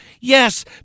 yes